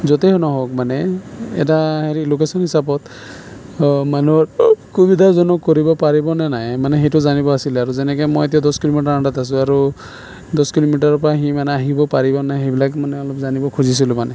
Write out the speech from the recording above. য'তেই নহওক মানে এটা হেৰি লোকেশ্যন হিচাপত মানুহৰ সুবিধাজনক কৰিব পাৰিবনে নাই মানে সেইটো জানিব আছিলে আৰু যেনেকে মই এতিয়া দছ কিলোমিটাৰ আঁতৰত আছোঁ আৰু দছ কিলোমিটাৰৰ পৰা আহি মানে আহিব পাৰিব নাই সেইবিলাক মানে অলপ জানিব খুজিছিলোঁ মানে